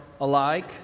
alike